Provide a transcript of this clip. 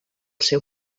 seu